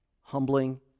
humbling